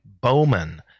Bowman